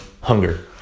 hunger